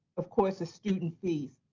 of course, is student fees.